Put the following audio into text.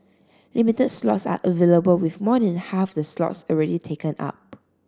limited slots are available with more than half the slots already taken up